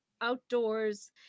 outdoors